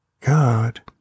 God